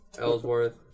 Ellsworth